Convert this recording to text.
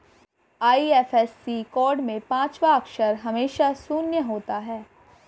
IFSC code में पांचवा अक्षर हमेशा शून्य होता है